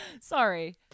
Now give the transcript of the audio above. sorry